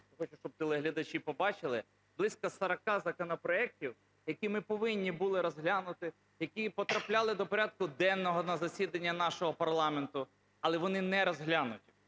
просто щоб телеглядачі побачили, - близько 40 законопроектів, які ми повинні були розглянути, які потрапляли до порядку денного на засідання нашого парламенту, але вони не розглянуті.